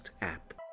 app